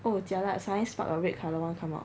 oh jialat suddenly spark a red colour [one] come out